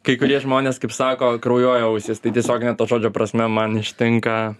kai kurie žmonės kaip sako kraujuoja ausys tai tiesiogine to žodžio prasme man ištinka